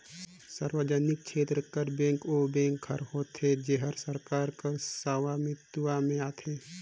सार्वजनिक छेत्र कर बेंक ओ बेंक हर होथे जेहर सरकार कर सवामित्व में आथे